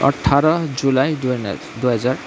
अठार जुलाई दुई हजार दुई हजार